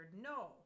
No